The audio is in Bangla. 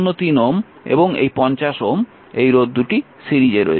আবার এই 3703Ω এবং এই 50Ω সিরিজে রয়েছে